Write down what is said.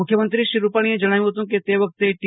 મુખ્યમંત્રી શ્રી રૂપાણીએ જણાવ્યું હતું કેતે વખતે ટી